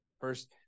First